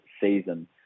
season